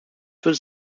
was